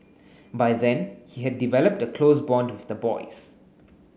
by then he had developed a close bond with the boys